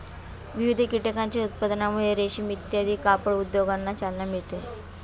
विविध कीटकांच्या उत्पादनामुळे रेशीम इत्यादी कापड उद्योगांना चालना मिळते